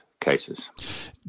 cases